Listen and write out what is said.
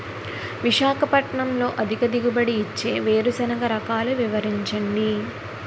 విశాఖపట్నంలో అధిక దిగుబడి ఇచ్చే వేరుసెనగ రకాలు వివరించండి?